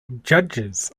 judges